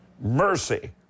Mercy